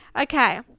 Okay